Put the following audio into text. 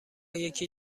یکی